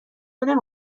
نمی